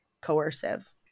coercive